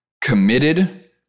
committed